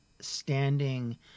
standing